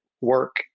work